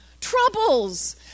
Troubles